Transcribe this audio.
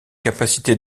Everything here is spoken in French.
capacité